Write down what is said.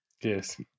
Yes